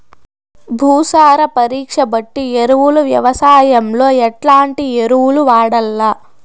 భూసార పరీక్ష బట్టి ఎరువులు వ్యవసాయంలో ఎట్లాంటి ఎరువులు వాడల్ల?